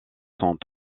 sont